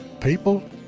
people